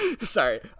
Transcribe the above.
Sorry